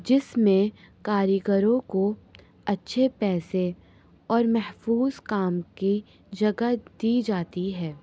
جس میں کاریگروں کو اچھے پیسے اور محفوظ کام کی جگہ دی جاتی ہے